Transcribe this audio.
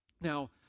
Now